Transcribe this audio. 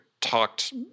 talked